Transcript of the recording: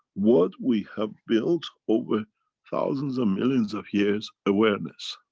what we have built over thousands and millions of years awareness.